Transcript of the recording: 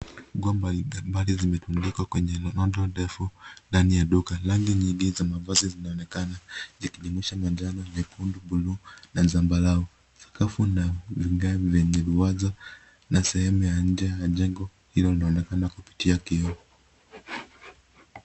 Gomba mbali zime tundikwa kwenye minondo refu ndani ya duka, rangi nyingi za mavazi zinaonekana ya kimanjano, nyekundu na zambarau. Sakafu venye viwanzi vya ruwanza na vya nje ya mjengo ina onekana kupitia kioo.